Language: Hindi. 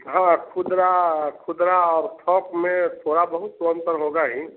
हाँ खुदरा खुदरा और थोक में थोड़ा बहुत तो अंतर तो होगा ही